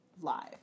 live